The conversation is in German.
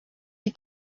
die